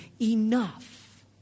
enough